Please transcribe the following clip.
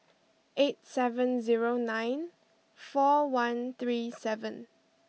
eight seven zero nine four one three seven